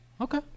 Okay